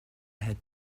had